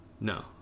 no